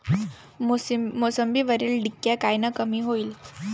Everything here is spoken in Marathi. मोसंबीवरील डिक्या कायनं कमी होईल?